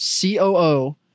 COO